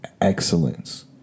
excellence